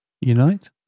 Unite